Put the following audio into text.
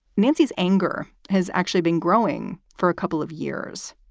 nancy's anger has actually been growing for a couple of years.